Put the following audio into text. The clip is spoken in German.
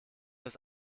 das